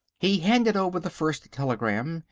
he handed over the first telegram.